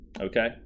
Okay